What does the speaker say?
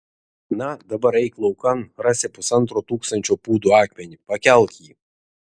na dabar eik laukan rasi pusantro tūkstančio pūdų akmenį pakelk jį